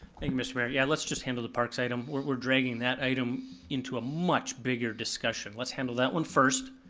thank you mister mayor. yeah, let's just handle the parks item. we're dragging that item into a much bigger discussion. let's handle that one first,